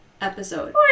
episode